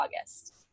August